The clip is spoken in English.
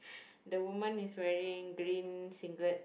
the woman is wearing green singlets